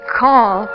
call